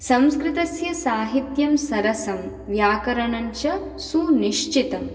संस्कृतस्य साहित्यं सरसं व्याकरणं च सुनिश्चितं